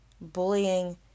Bullying